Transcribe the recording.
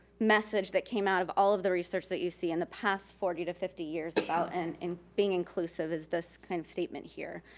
message that came out of all of the research that you see in the past forty to fifty years about and being inclusive is this kind of statement here.